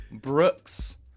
Brooks